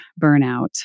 burnout